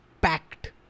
packed